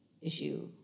issue